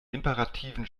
imperativen